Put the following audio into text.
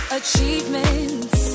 achievements